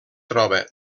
troba